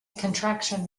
contraction